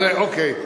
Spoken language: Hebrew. אז אוקיי.